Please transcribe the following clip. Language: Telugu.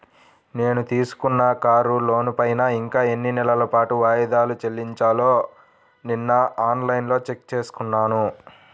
నేను తీసుకున్న కారు లోనుపైన ఇంకా ఎన్ని నెలల పాటు వాయిదాలు చెల్లించాలో నిన్నఆన్ లైన్లో చెక్ చేసుకున్నాను